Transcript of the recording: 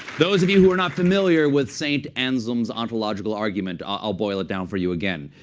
those of you who are not familiar with saint anselm's ontological argument, i'll boil it down for you again.